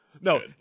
No